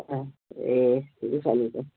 अँ ए ठिकै छ नि त